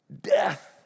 death